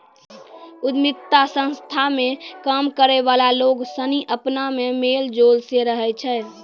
उद्यमिता संस्था मे काम करै वाला लोग सनी अपना मे मेल जोल से रहै छै